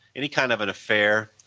any kind of an affair,